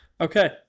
Okay